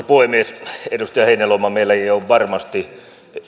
puhemies edustaja heinäluoma meillä ei ei ole varmasti